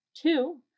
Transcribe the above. Two